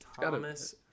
Thomas